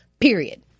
Period